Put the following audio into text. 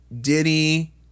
Diddy